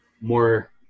more